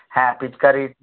হ্যাঁ পিচকারি